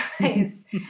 guys